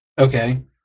Okay